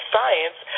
Science